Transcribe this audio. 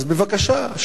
בבקשה,